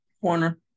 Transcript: Corner